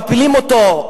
מפילים אותו,